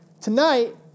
Tonight